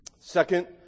Second